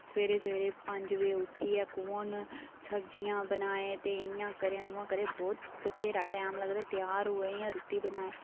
सवेरे सवेरे पंज बजे उट्ठियै कुन सब्जियां बनाए ते इयां करै उआं करै बहुत बथ्हेरा टैम लगदा त्यार होए जां रुट्टी बनाए